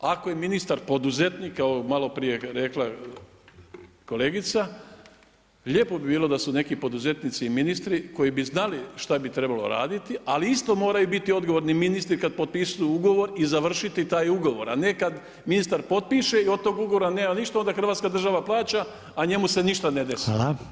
Ako je ministar poduzetnika maloprije rekla kolegica, lijepo bi bilo da su neki poduzetnici ministri koji bi znali šta bi trebalo raditi ali isto moraju biti odgovorni ministri kad potpisuju ugovor i završiti taj ugovor a ne kad ministar potpiše i od tog ugovora nema ništa, onda hrvatska država plaća a njemu se ništa ne desi.